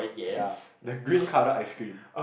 ya the green colour ice cream